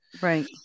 Right